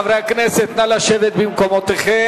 חברי הכנסת, נא לשבת במקומותיכם.